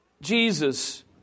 Jesus